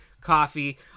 coffee